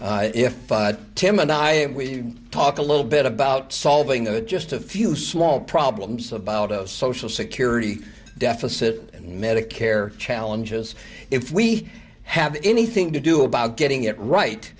if tim and i we talk a little bit about solving a just a few small problems about how social security deficit and medicare challenges if we have anything to do about getting it right